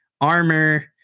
armor